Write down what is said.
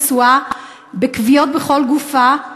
פצועה עם כוויות בכל גופה,